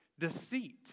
Deceit